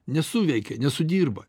nesuveikia nesudirba